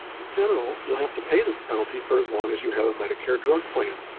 in general, you'll have to pay this penalty for as long as you have a medicare drug plan.